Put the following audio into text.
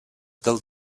del